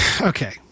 Okay